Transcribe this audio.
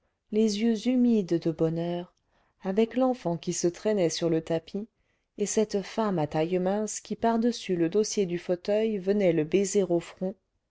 les yeux humides de bonheur avec l'enfant qui se traînait sur le tapis et cette femme à taille mince qui par-dessus le dossier du fauteuil venait le baiser au front